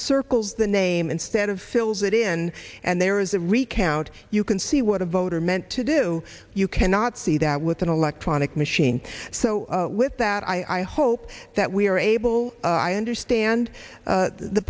circles the name instead of fills it in and there is a recount you can see what a voter meant to do you cannot see that with an electronic machine so with that i hope that we are able i understand